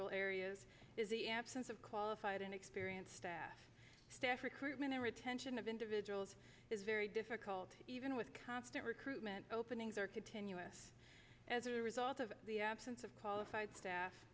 rural areas is the absence of qualified and experienced staff staff recruitment and retention of individuals is very difficult even with constant recruitment openings are continuous as a result of the absence of qualified staff